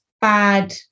bad